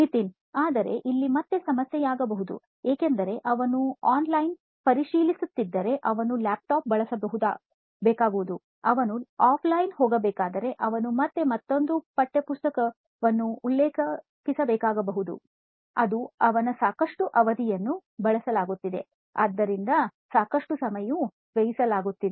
ನಿತಿನ್ ಆದರೆ ಇಲ್ಲಿ ಮತ್ತೆ ಸಮಸ್ಯೆಯಾಗಬಹುದು ಏಕೆಂದರೆ ಅವನು ಆನ್ಲೈನ್ನಲ್ಲಿ ಪರಿಶೀಲಿಸುತ್ತಿದ್ದರೆ ಅವನು ಲ್ಯಾಪ್ಟಾಪ್ ಬಳಸಬೇಕಾಗಬಹುದು ಅವನು ಆಫ್ಲೈನ್ಗೆ ಹೋಗಬೇಕಾದರೆ ಅವನು ಮತ್ತೆ ಮತ್ತೊಂದು ಪಠ್ಯಪುಸ್ತಕವನ್ನು ಉಲ್ಲೇಖಿಸಬೇಕಾಗುತ್ತದೆ ಅದು ಅವನ ಸಾಕಷ್ಟು ಅವಧಿಯನ್ನು ಬಳಸಲಾಗುತ್ತಿದೆ ಇದಕ್ಕಾಗಿ ಸಾಕಷ್ಟು ಸಮಯವನ್ನು ವ್ಯಯಿಸಲಾಗುತ್ತಿದೆ